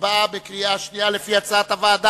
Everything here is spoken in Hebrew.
סיעת מרצ וקבוצת סיעת חד"ש לסעיף 15 לא נתקבלה.